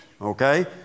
okay